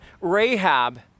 Rahab